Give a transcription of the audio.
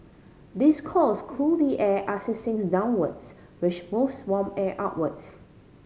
these coils cool the air as it sinks downwards which moves warm air upwards